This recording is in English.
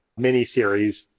miniseries